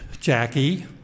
Jackie